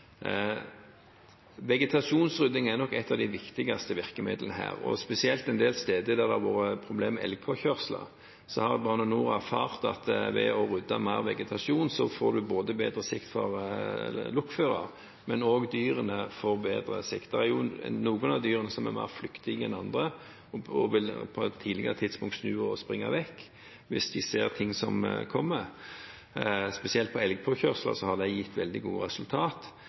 er nok et av de viktigste virkemidlene her. Spesielt en del steder der det har vært problemer med elgpåkjørsler, har Bane Nor erfart at ved å rydde mer vegetasjon får både lokfører og dyrene bedre sikt. Det er noen av dyrene som er mer flyktige enn andre og vil snu og springe vekk på et tidligere tidspunkt hvis de ser ting som kommer. Spesielt når det gjelder elgpåkjørsler, har det gitt veldig gode